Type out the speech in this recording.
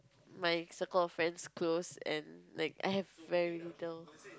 my circle of friends close and like I have very little